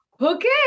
okay